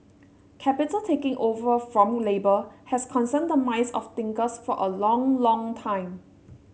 capital taking over from labour has concerned the minds of thinkers for a long long time